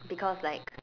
because like